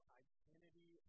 identity